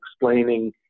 explaining